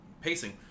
pacing